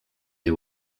you